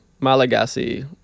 Malagasy